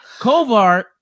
Kovar